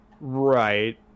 right